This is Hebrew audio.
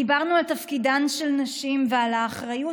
דיברנו על תפקידן של נשים ועל האחריות,